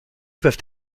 peuvent